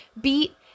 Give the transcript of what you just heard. beat